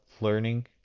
learning